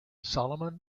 solomon